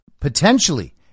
Potentially